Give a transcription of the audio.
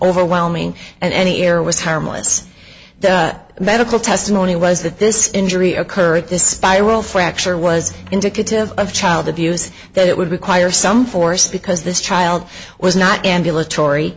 overwhelming and any error was harmless the medical testimony was that this injury occurred this spiral fracture was indicative of child abuse that would require some force because this child was not ambulatory